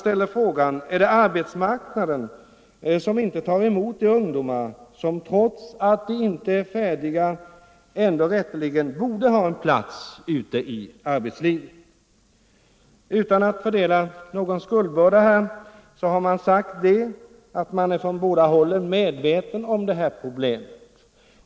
Eller är det arbetsmarknaden som inte tar emot de ungdomar, som trots att de inte är färdiga ändå rätteligen borde ha en plats ute i arbetslivet?” Utan att ta ställning till fördelningen av skuldbördan säger ledarskribenten att man på båda hållen är medveten om problemen.